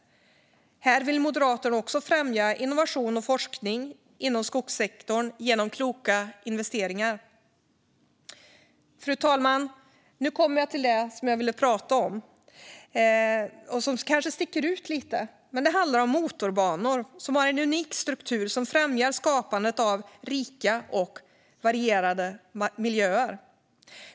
Här vill Moderaterna också främja innovation och forskning inom skogssektorn genom kloka investeringar. Fru talman! Nu kommer jag till det som jag ville prata om och som kanske sticker ut lite. Det handlar om motorbanor. Motorbanor har en unik struktur som främjar skapandet av rika och varierade miljöer.